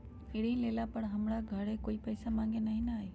ऋण लेला पर हमरा घरे कोई पैसा मांगे नहीं न आई?